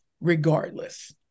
regardless